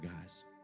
guys